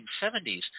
1970s